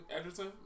Edgerton